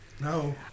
No